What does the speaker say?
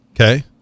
okay